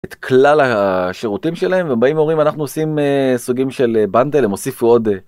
את כלל השירותים שלהם ובאים הורים אנחנו עושים סוגים של בנדל הם הוסיפו עוד